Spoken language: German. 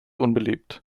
unbeliebt